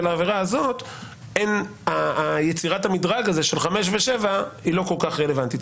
ולעבירה הזאת יצירת המדרג של חמש ושבע הוא לא כל כך רלוונטי.